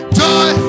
joy